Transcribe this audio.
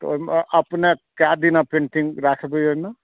तऽ ओहिमे अपने कय दिन पेन्टिंग राखबै ओहिमे